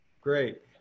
great